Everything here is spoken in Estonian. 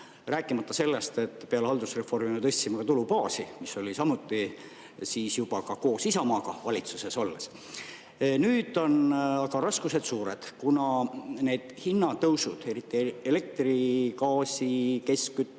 Rääkimata sellest, et peale haldusreformi me tõstsime ka tulubaasi, mis oli siis juba koos Isamaaga valitsuses olles. Nüüd on aga raskused suured, kuna need hinnatõusud, eriti elektri, gaasi, keskkütte